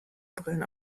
brillen